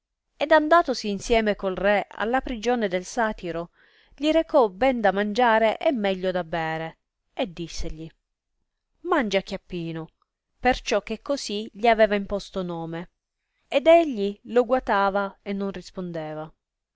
ed andatosi insieme col re alla prigione del satiro gli recò ben da mangiare e meglio da bere e dissegli mangia chiappino perciò che così gli aveva imposto nome ed egli lo guatava e non rispondeva